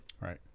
right